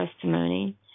testimony